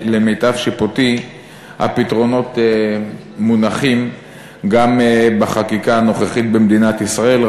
למיטב שיפוטי הפתרונות מונחים גם בחקיקה הנוכחית במדינת ישראל,